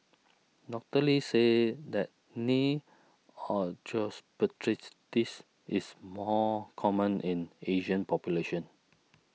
Doctor Lee said that knee osteoarthritis is more common in Asian population